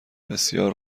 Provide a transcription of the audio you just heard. بسیار